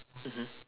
mmhmm